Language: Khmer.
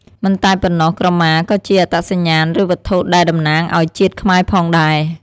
មិនតែប៉ុណ្ណោះក្រមា ក៏ជាអត្តសញ្ញាណ ឬវត្ថុដែលតំណាងឲ្យជាតិខ្មែរផងដែរ។